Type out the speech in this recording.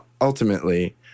ultimately